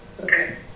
Okay